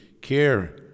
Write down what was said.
care